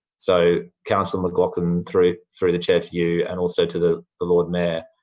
so, councillor mclachlan, through through the chair, to you and also to the the lord mayor,